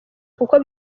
kuko